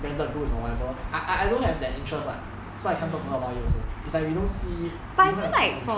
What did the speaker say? branded goods or whatever I I don't have that interest [what] so I can talk to her about it also it's like we don't see we don't have a common interest